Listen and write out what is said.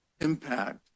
impact